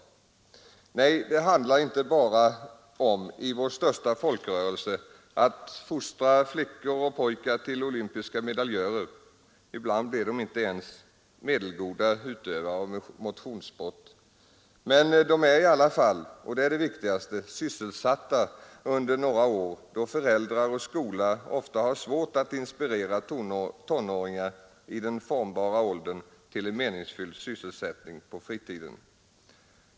Nej, det handlar i vår största folkrörelse inte bara om att fostra flickor och pojkar till olympiska medaljörer — ibland blir de inte ens medelgoda utövare av motionssport — men de är i alla fall, och det är det viktigaste, sysselsatta under några år då föräldrar och skola ofta har svårt att inspirera tonåringar i den formbara åldern till en meningsfylld sysselsättning på fritiden.